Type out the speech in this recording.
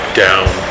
down